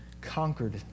conquered